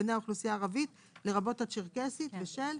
בני האוכלוסיה הערבית לרבות הצ'רקסית ושל".